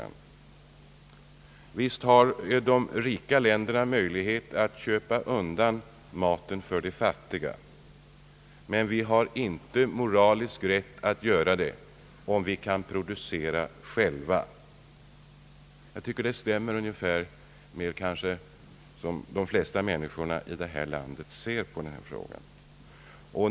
Han säger, att visst har rika länder möjlighet och råd att köpa undan maten för de fattiga, men »vi har inte moralisk rätt att göra det, om vi kan producera själva». Jag tycker det stämmer med hur kanske de flesta människorna i detta land ser på denna fråga just nu.